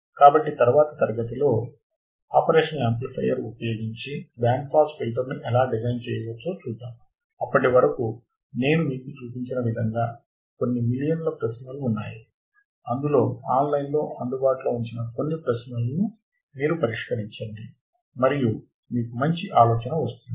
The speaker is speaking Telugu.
కాబట్టి తరువాతి తరగతిలో ఆపరేషనల్ యామ్ప్లిఫయర్ ఉపయోగించి బ్యాండ్ పాస్ ఫిల్టర్ను ఎలా డిజైన్ చేయవచ్చో చూద్దాం అప్పటి వరకు నేను మీకు చూపించిన విధంగా కొన్ని మిలియన్ల ప్రశ్నలు ఉన్నాయి అందులో ఆన్లైన్లో అందుబాటులో ఉంచిన కొన్ని ప్రశ్నలను మీరు పరిష్కరించండి మరియు మీకు మంచి ఆలోచన వస్తుంది